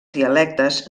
dialectes